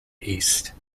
east